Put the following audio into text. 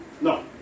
No